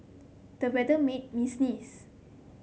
the weather made me sneeze